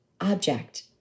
object